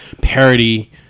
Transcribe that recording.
parody